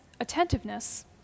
attentiveness